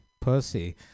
Pussy